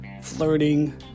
flirting